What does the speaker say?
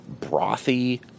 brothy